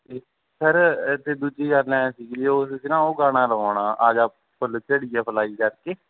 ਅਤੇ ਸਰ ਅਤੇ ਦੂਜੀ ਗੱਲ ਐਂ ਸੀਗੀ ਉਸ ਦਿਨ ਨਾ ਉਹ ਗਾਣਾ ਲਗਵਾਉਣਾ ਆਜਾ ਫੁੱਲ ਝੜੀਏ ਫਲਾਈ ਕਰਕੇ